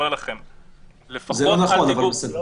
אבל אני גם אומר שאני מרכז ועדת דותן,